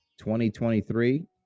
2023